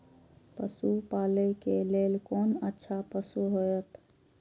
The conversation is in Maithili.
पशु पालै के लेल कोन अच्छा पशु होयत?